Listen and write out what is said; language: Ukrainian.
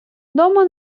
дома